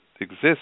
exists